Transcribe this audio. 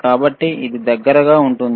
కాబట్టి ఇది దగ్గరగా ఉంటుంది